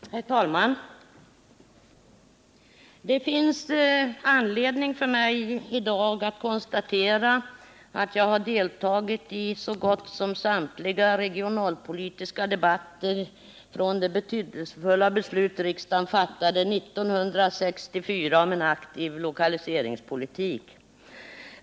Herr talman! Det finns anledning för mig i dag att konstatera att jag har deltagit i så gott som samtliga regionalpolitiska debatter sedan riksdagen 1964 fattade det betydelsefulla beslutet om en aktiv lokaliseringspolitik.